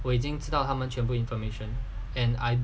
我已经知道他们全部 information and I